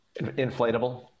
inflatable